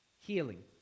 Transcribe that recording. Healing